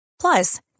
Plus